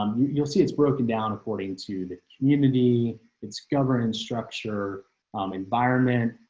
um you'll see it's broken down according to the community its governance structure um environment.